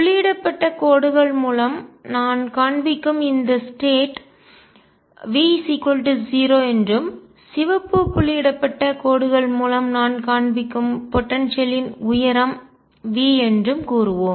புள்ளியிடப்பட்ட கோடுகள் மூலம் நான் காண்பிக்கும் இந்த ஸ்டேட் நிலை V 0 என்றும் சிவப்பு புள்ளியிடப்பட்ட கோடுகள் மூலம் நான் காண்பிக்கும் போடன்சியல்லின்ஆற்றல் உயரம் V என்றும் கூறுவோம்